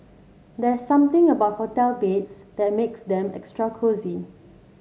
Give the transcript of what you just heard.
there's something about hotel beds that makes them extra cosy